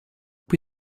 qui